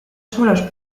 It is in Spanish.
suelos